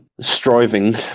striving